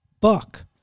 Buck